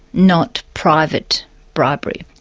not private bribery.